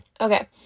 Okay